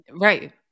Right